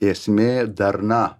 esmė darna